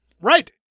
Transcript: Right